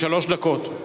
שלוש דקות.